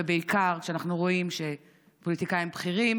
ובעיקר כשאנחנו רואים שפוליטיקאים בכירים